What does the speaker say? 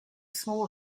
small